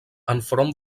enfront